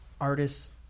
artists